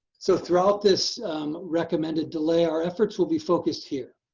so throughout this recommended delay, our efforts will be focused here.